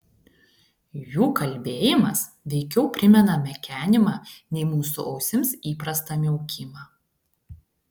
jų kalbėjimas veikiau primena mekenimą nei mūsų ausims įprastą miaukimą